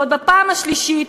ועוד בפעם השלישית,